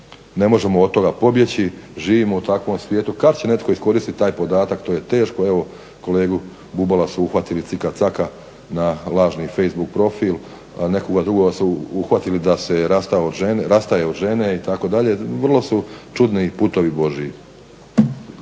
ne možemo od toga pobjeći, živimo u takvom svijetu. Kad će netko iskoristiti taj podatak to je teško. Evo kolegu Bubala su uhvatili cika caka na lažni Facebook profil, nekoga drugoga su uhvatili da se rastaje od žene itd. Vrlo su čudni putovi božji.